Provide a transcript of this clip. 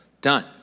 Done